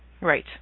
Right